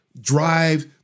drive